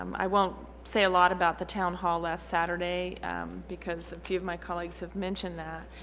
um i won't say a lot about the town hall last saturday because a few of my colleagues have mentioned that.